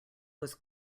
was